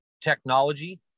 technology